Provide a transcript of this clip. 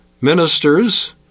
Ministers